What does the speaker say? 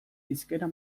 hizkera